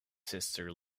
sister